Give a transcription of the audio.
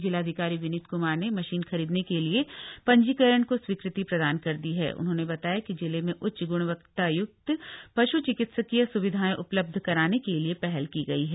जिलाधिकारी विनीत कुमार ने मशीन खरीदने के लिए पंजीकरण का स्वीकृति प्रदान कर दी हा उन्होंने बताया कि जिले में उच्च गुणवत्तायुक्त पशु चिकित्सकीय स्विधाएं उपलब्ध कराने के लिए पहल की गई है